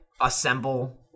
assemble